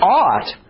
ought